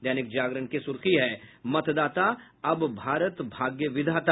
दैनिक जागरण की सुर्खी है मतदाता अब भारत भाग्य विधाता